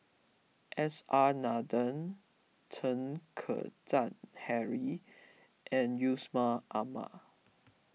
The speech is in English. S R Nathan Chen Kezhan Henri and Yusman Aman